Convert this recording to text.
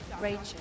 Rachel